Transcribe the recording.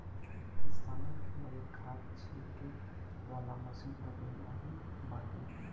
किसानन के लगे खाद छिंटे वाला मशीन अबे नाइ बाटे